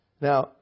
Now